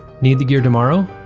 need the gear tomorrow?